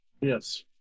Yes